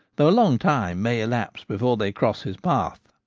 though a long time may elapse before they cross his path.